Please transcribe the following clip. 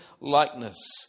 likeness